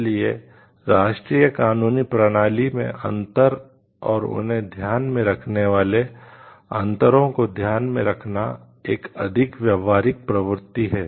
इसलिए राष्ट्रीय कानूनी प्रणाली में अंतर और उन्हें ध्यान में रखने वाले अंतरों को ध्यान में रखना एक अधिक व्यावहारिक प्रवृत्ति है